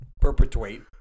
Perpetuate